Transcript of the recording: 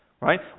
right